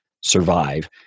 survive